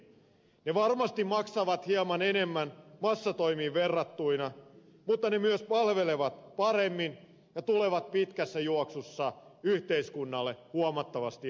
ne varmasti maksavat hieman enemmän massatoimiin verrattuna mutta ne myös palvelevat paremmin ja tulevat pitkässä juoksussa yhteiskunnalle huomattavasti edullisemmaksi